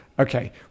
Okay